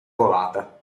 covata